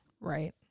Right